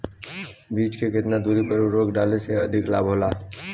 बीज के केतना दूरी पर उर्वरक डाले से अधिक लाभ होला?